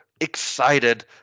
excited